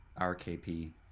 RKP